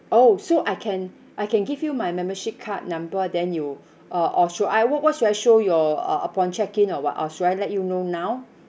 oh so I can I can give you my membership card number then you uh or should I what what should I show your uh uh upon check-in or what or should I let you know now